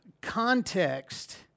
context